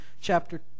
chapter